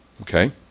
Okay